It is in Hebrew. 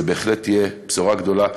זה בהחלט יהיה בשורה גדולה,